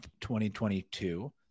2022